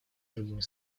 другими